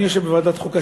אני יושב בוועדת החוקה,